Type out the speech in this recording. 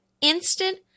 instant